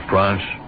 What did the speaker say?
France